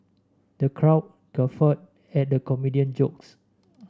the crowd guffawed at the comedian jokes